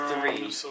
three